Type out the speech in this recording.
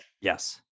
Yes